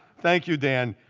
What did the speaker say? thank you, dan.